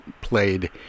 played